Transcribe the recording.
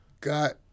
got